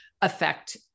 affect